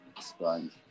sponge